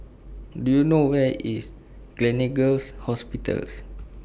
Do YOU know Where IS Gleneagles Hospitals